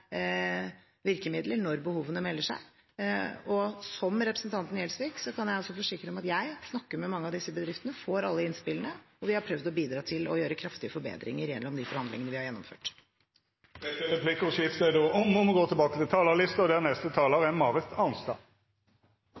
virkemidler når behovene melder seg. Og som representanten Gjelsvik kan jeg også forsikre om at jeg snakker med mange av disse bedriftene, får alle innspillene, og vi har prøvd å bidra til å gjøre kraftige forbedringer gjennom de forhandlingene vi har gjennomført. Replikkordskiftet er omme. I starten av koronakrisa hadde vi et viktig tverrpolitisk samarbeid om